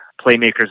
playmakers